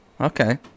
Okay